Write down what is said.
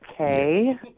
Okay